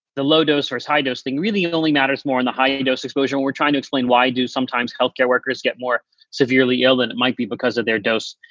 the low dose or high dose thing really only matters more in the high dose exposure. we're trying to explain why do sometimes health care workers get more severely ill than it might be because of their dose,